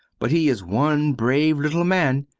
but he is one brave little man,